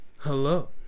hello